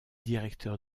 directeur